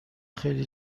خیلی